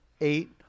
eight